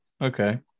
Okay